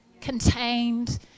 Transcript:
contained